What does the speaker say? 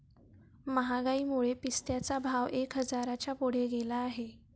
महागाईमुळे पिस्त्याचा भाव एक हजाराच्या पुढे गेला आहे